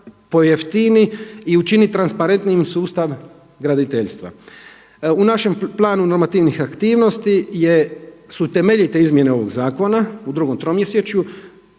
pojeftini i učini transparentnijim sustav graditeljstva. U našem planu normativnih aktivnosti su temeljite izmjene ovoga zakona u drugom tromjesečju